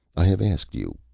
i have asked you.